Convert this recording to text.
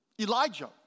Elijah